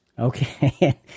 Okay